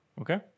Okay